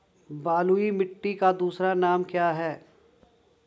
बलुई मिट्टी का दूसरा नाम क्या है?